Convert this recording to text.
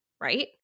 right